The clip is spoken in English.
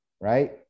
right